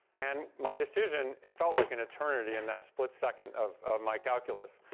and my decision it felt like an eternity in that split-second of my calculus.